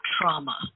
trauma